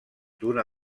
d’una